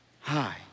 hi